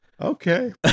Okay